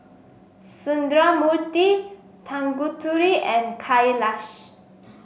Sundramoorthy Tanguturi and Kailash